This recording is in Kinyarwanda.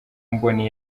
mboni